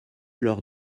lors